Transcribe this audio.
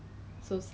ah Dettol